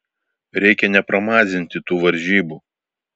reikia nepramazinti tų varžybų